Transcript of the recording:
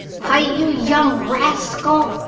hi! you young rascal!